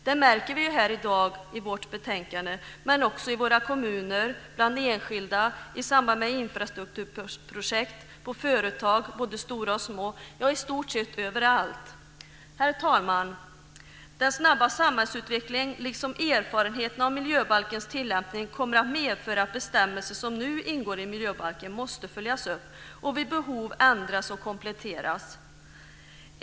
Det märker vi ju här i dag i vårt betänkande men också i våra kommuner, bland enskilda, i samband med infrastrukturprojekt, på företag - både stora och små - ja, i stort sett överallt. Herr talman! Den snabba samhällsutvecklingen liksom erfarenheterna av miljöbalkens tillämpning kommer att medföra att bestämmelser som nu ingår i miljöbalken måste följas upp och vid behov ändras och kompletteras.